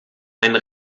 einen